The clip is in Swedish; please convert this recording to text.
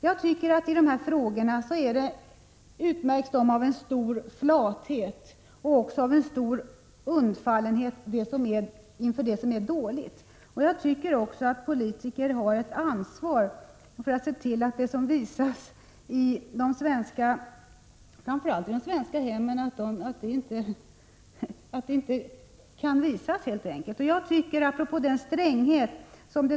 Jag tycker att statsmakternas inställning i dessa frågor utmärks av stor flathet och undfallenhet inför det som är dåligt. Politikerna har ett ansvar för att se till att dåliga filmer inte skall kunna visas, framför allt i de svenska hemmen. Det talas i detta svar om stränghet.